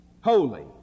holy